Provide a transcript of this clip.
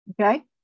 Okay